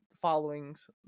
followings